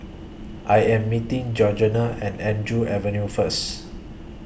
I Am meeting Georgene and Andrew Avenue First